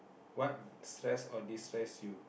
what stress or destress you